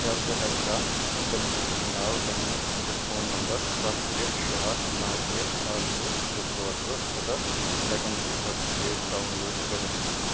کیٛاہ ژٕ ہیکٕکھا بینِفیشرِی ناو غٔنیٖم تہٕ فون نمبر سَتھ ترٛےٚ شےٚ اَکھ نَو ترٛےٚ اَکھ زٕ ترٛےٚ ژور زٕ خٲطرٕ ویٚکَنسی سرٹیفِکیٹ ڈاؤن لوڈ کٔرِتھ